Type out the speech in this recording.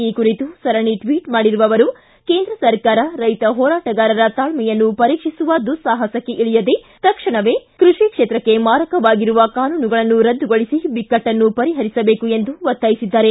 ಈ ಕುರಿತು ಸರಣಿ ಟ್ವಿಟ್ ಮಾಡಿರುವ ಅವರು ಕೇಂದ್ರ ಸರ್ಕಾರ ರೈತ ಹೋರಾಟಗಾರರ ತಾಳ್ಮೆಯನ್ನು ಪರೀಕ್ಷಿಸುವ ದುಸ್ಲಾಹಸಕ್ಕೆ ಇಳಿಯದೇ ತಕ್ಷಣ ಕ್ಯಿಸ್ಟೇತ್ರಕ್ಕೆ ಮಾರಕವಾಗಿರುವ ಕಾನೂನುಗಳನ್ನು ರದ್ದುಗೊಳಿಸಿ ಬಿಕ್ಕಟ್ಟನ್ನು ಪರಿಹರಿಸಬೇಕು ಎಂದು ಒತ್ತಾಯಿಸಿದ್ದಾರೆ